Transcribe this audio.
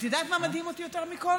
את יודעת מה מדהים אותי יותר מכול?